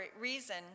reason